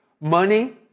money